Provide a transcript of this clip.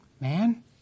Man